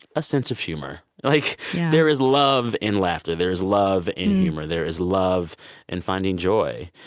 a sense of humor. like there is love in laughter. there is love in humor. there is love in finding joy.